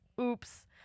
oops